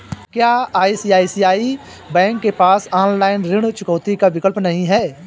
क्या ICICI bank के पास ऑनलाइन ऋण चुकौती का विकल्प नहीं है?